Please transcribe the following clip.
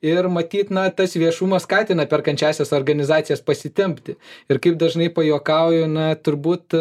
ir matyt na tas viešumas skatina perkančiąsias organizacijas pasitempti ir kaip dažnai pajuokauju na turbūt